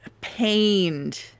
pained